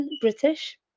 British